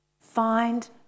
Find